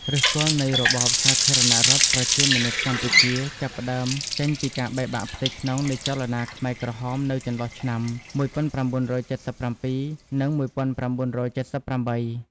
ឫសគល់នៃរបបសាធារណរដ្ឋប្រជាមានិតកម្ពុជា ចាប់ផ្តើមចេញពីការបែកបាក់ផ្ទៃក្នុងនៃចលនាខ្មែរក្រហមនៅចន្លោះឆ្នាំ ១៩៧៧ និង ១៩៧៨។